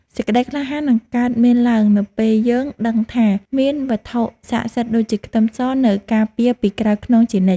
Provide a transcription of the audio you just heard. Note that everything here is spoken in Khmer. សេចក្តីក្លាហាននឹងកើតមានឡើងនៅពេលយើងដឹងថាមានវត្ថុស័ក្តិសិទ្ធិដូចជាខ្ទឹមសនៅការពារពីក្រោយខ្នងជានិច្ច។